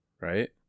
right